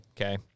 Okay